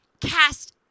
cast